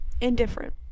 indifferent